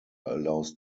allows